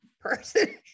person